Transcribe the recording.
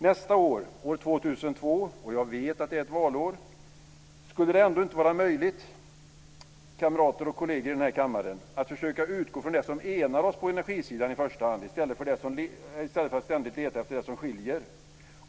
Nästa år, 2002 - jag vet att det är ett valår, men ändå - skulle det inte vara möjligt, kamrater och kolleger i den här kammaren, att då försöka utgå från det som enar oss på energisidan i första hand i stället för att ständigt leta efter det som skiljer?